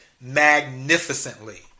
magnificently